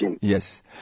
yes